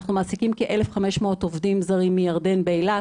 אנחנו מעסיקים כ-1,500 עובדים זרים מירדן באילת,